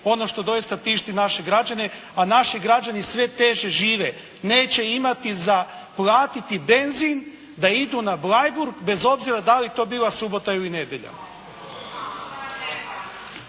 ono što doista tišti naše građane, a naši građani sve teže žive. Neće imati za platiti benzin da idu na Bleiburg, bez obzira da li to bila subota ili nedjelja.